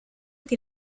que